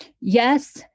yes